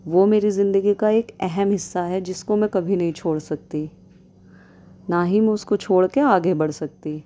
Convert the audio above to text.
وہ میری زندگی کا ایک اہم حصہ ہے جس کو میں کبھی نہیں چھوڑ سکتی نہ ہی میں اس کو چھوڑ کے آگے بڑھ سکتی